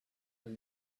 and